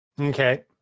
Okay